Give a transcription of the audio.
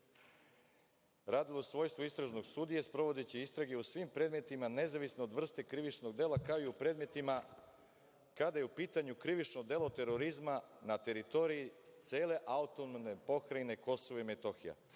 radila u svojstvu istražnog sudije sprovodeći istrage u svim predmetima nezavisno od vrste krivičnog dela, kao i u predmetima kada je u pitanju krivično delo terorizma na teritoriji cele AP Kosovo i Metohija.